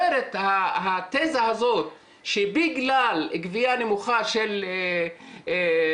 התזה הזאת שבגלל גבייה נמוכה של מים